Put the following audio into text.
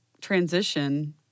transition